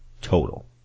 total